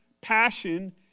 passion